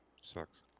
sucks